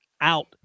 out